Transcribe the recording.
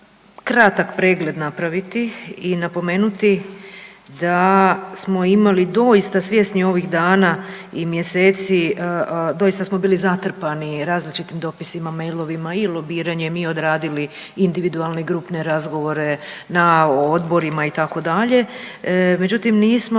kratak pregled napraviti i napomenuti da smo imali doista svjesni ovih dana i mjeseci, doista smo bili zatrpani različitim dopisima, mailovima i lobiranjem i odradili individualne grupne razgovore na odborima itd., međutim nismo